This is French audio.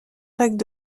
jacques